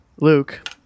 Luke